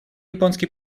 японский